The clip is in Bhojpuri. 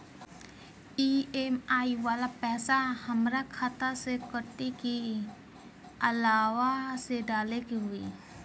ई.एम.आई वाला पैसा हाम्रा खाता से कटी की अलावा से डाले के होई?